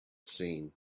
seen